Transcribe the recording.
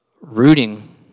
rooting